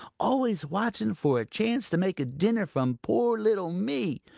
always watching for a chance to make a dinner from poor little me.